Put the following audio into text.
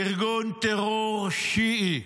ארגון טרור שיעי.